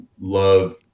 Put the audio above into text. Love